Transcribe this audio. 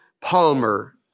Palmer